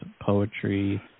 poetry